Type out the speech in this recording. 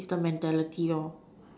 it's the mentality